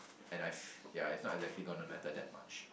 and I f~ ya it's not exactly gonna matter that much